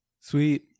Sweet